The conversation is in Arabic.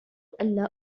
ألّا